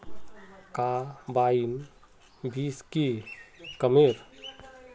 Carbine बीस की कमेर?